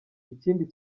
ikindi